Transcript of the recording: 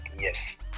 yes